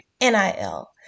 NIL